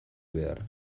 behar